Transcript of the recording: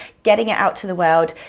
getting it out to the world,